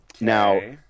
Now